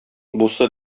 бусы